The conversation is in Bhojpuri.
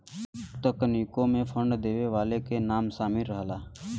तकनीकों मे फंड देवे वाले के नाम सामिल रहला